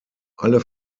alle